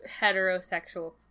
heterosexual